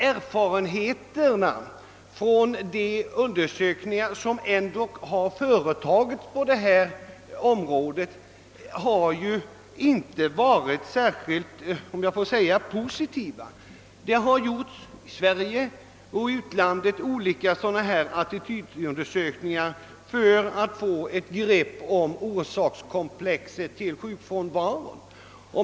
Erfarenheterna från de undersökningar som ändå har företagits på detta område har ju inte varit särskilt positiva. I Sverige och i utlandet har olika attitydundersökningar gjorts för att man skulle få ett grepp om hela komplexet av orsaker till sjukfrånva ron.